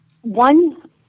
one